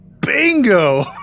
Bingo